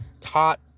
taught